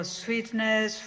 sweetness